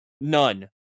None